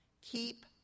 keep